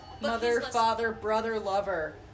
Mother-father-brother-lover